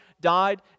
died